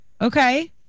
okay